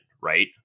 right